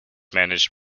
managed